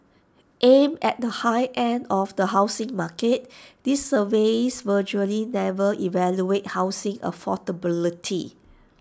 aimed at the high end of the housing market these surveys virtually never evaluate housing affordability